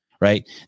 right